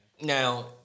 Now